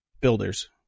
builders